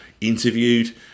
interviewed